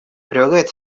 прилагает